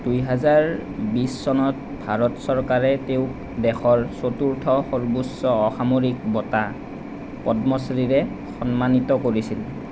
দুই হাজাৰ বিশ চনত ভাৰত চৰকাৰে তেওঁক দেশৰ চতুৰ্থ সৰ্বোচ্চ অসামৰিক বঁটা পদ্মশ্ৰীৰে সন্মানিত কৰিছিল